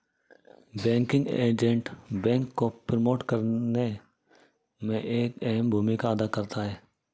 banking agent bank को promote करने में एक अहम भूमिका अदा करता है